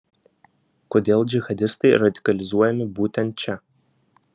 kodėl džihadistai radikalizuojami būtent čia